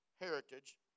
heritage